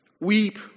Weep